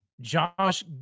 Josh